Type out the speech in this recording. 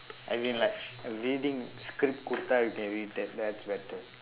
as in like reading script கொடுத்தா:koduththaa you can read that that's better